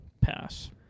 Pass